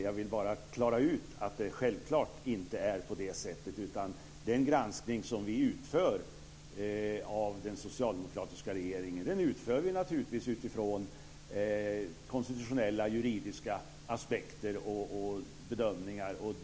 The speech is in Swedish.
Jag vill bara klara ut att det självklart inte är på det sättet, utan vi utför naturligtvis granskningen av den socialdemokratiska regeringen utifrån konstitutionella juridiska aspekter och bedömningar.